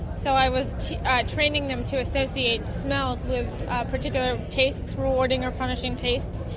so i was training them to associate smells with particular tastes, rewarding or punishing tastes.